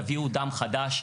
תביאו דם חדש,